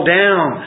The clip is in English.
down